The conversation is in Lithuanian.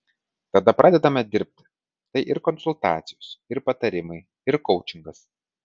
tada pradedame dirbti tai ir konsultacijos ir patarimai ir koučingas